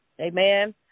amen